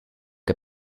che